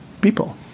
People